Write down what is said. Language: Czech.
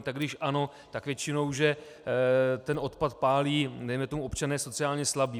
Tak když ano, tak většinou ten odpad pálí dejme tomu občané sociálně slabí.